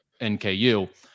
NKU